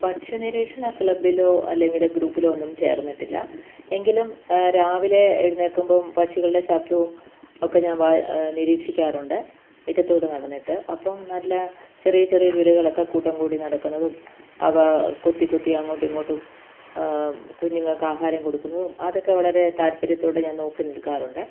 പക്ഷി നിരീക്ഷണ ക്ലബ്ബിലോ അല്ലെങ്കിൽ ഗ്രൂപ്പിലോ ഒന്നും ചേർന്നിട്ടില്ല എങ്കിലും രാവിലെ എഴുന്നേൽക്കുമ്പം പക്ഷികളുടെ ശബ്ദവും ഒക്കെ ഞാൻ നിരീക്ഷിക്കാറുണ്ട് മിറ്റത്തൂടെ നടന്നിട്ട് അപ്പം നല്ല ചെറിയ ചെറിയ കിളികളൊക്കെ കൂട്ടംകൂടി നടക്കുന്നതും അവ കൊത്തിക്കൊത്തി അങ്ങോട്ടും ഇങ്ങോട്ടും കുഞ്ഞുങ്ങൾക്ക് ആഹാരം കൊടുക്കുന്നതും അതൊക്കെ വളരെ താൽപ്പര്യത്തോടെ ഞാൻ നോക്കി നിൽക്കാറുണ്ട്